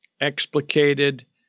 explicated